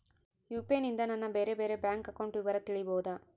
UPI ನಿಂದ ನನ್ನ ಬೇರೆ ಬೇರೆ ಬ್ಯಾಂಕ್ ಅಕೌಂಟ್ ವಿವರ ತಿಳೇಬೋದ?